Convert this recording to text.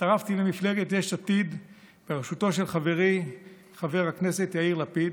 הצטרפתי למפלגת יש עתיד בראשותו של חברי חבר הכנסת יאיר לפיד,